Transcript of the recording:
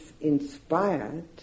inspired